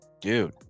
Dude